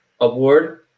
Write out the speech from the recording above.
Award